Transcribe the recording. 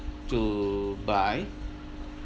to buy